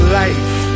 life